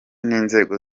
n’inzego